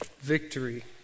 victory